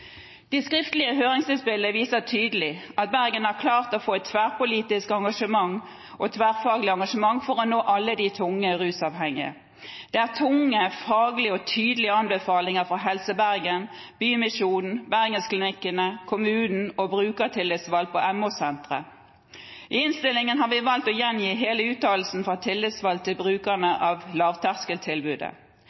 De skriftlige høringsinnspillene viser tydelig at Bergen har klart å få et tverrpolitisk og tverrfaglig engasjement for å nå alle de tungt rusavhengige. Det er tunge faglige og tydelige anbefalinger fra Helse Bergen, Kirkens Bymisjon, Bergensklinikkene, kommunen og brukertillitsvalgt på MO-senteret. I innstillingen har vi valgt å gjengi hele uttalelsen fra tillitsvalgte for brukerne av lavterskeltilbudet.